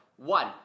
One